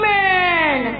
Man